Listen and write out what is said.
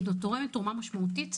היא תורמת תרומה ניכרת,